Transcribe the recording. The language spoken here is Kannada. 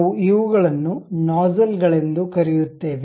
ನಾವು ಇವುಗಳನ್ನು ನೋಜ್ಝಲ್ ಗಳೆಂದು ಕರೆಯುತ್ತೇವೆ